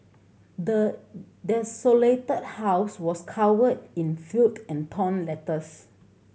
the desolated house was covered in filth and torn letters